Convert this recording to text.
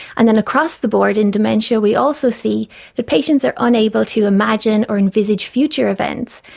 and then across-the-board in dementia we also see that patients are unable to imagine or envisage future events,